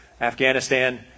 Afghanistan